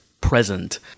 Present